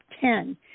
ten